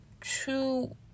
two